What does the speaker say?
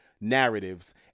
narratives